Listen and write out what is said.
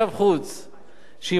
שאם הארנונה לא תשפיע עליו,